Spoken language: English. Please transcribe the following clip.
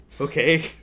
okay